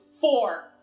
Four